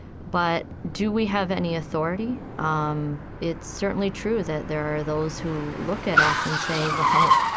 but do we have any authority? um it's certainly true that there are those who look at us and say, well,